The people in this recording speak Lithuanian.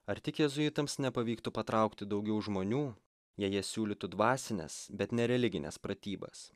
ar tik jėzuitams nepavyktų patraukti daugiau žmonių jei jie siūlytų dvasines bet nereligines pratybas